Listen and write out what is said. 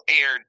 aired